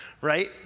right